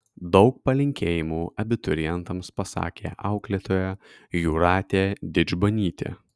daug palinkėjimų abiturientams pasakė auklėtoja jūratė didžbanytė